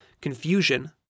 confusion